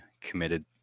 committed